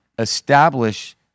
establish